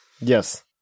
Yes